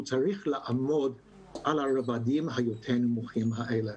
היא צריכה לעמוד על הרבדים היותר נמוכים האלה.